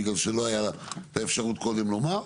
בגלל שלא הייתה לה את האפשרות קודם לומר.